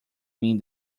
mean